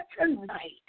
tonight